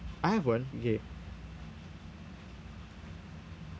I have one okay